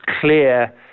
clear